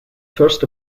first